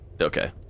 Okay